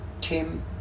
Tim